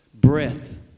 breath